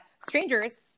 strangers